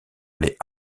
les